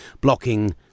blocking